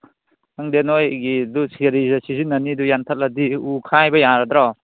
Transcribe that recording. ꯈꯪꯗꯦ ꯅꯣꯏꯒꯤꯗꯨ ꯁꯦꯔꯤꯗ ꯁꯤꯖꯤꯟꯅꯅꯦꯗꯨ ꯌꯥꯟꯊꯠꯂꯗꯤ ꯎ ꯈꯥꯏꯕ ꯌꯥꯔꯗ꯭ꯔꯣ